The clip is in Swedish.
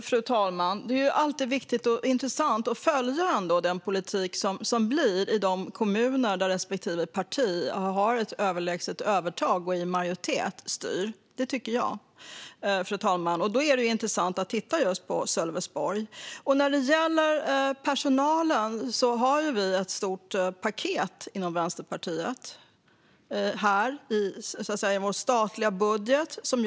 Fru talman! Det är alltid viktigt och intressant att följa den politik som bedrivs i de kommuner där respektive parti har ett överlägset övertag och styr i majoritet, tycker jag. Därför är det intressant att titta på Sölvesborg. Vad gäller personalen har vi i Vänsterpartiet ett stort paket i vår budgetmotion.